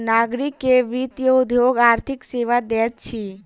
नागरिक के वित्तीय उद्योग आर्थिक सेवा दैत अछि